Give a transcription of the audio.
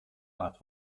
art